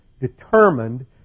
determined